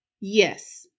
yes